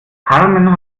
carmen